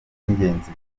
by’ingenzi